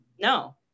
no